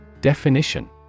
Definition